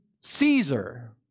Caesar